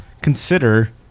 consider